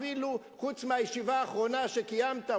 חוץ מהישיבה האחרונה שקיימת,